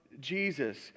Jesus